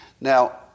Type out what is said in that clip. Now